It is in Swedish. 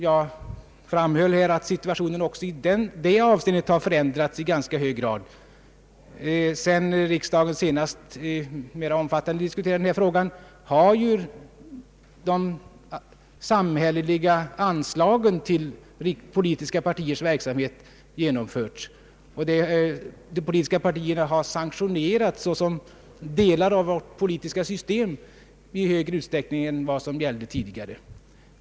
Jag framhöll att situationen också i det avseendet har förändrats i ganska hög grad. Sedan riksdagen senast mera omfattande diskuterade denna fråga har ju de samhälleliga anslagen till politiska partiers verksamhet införts. De politiska partierna har sanktionerats som delar av vårt politiska system i större utsträckning än tidigare.